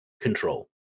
control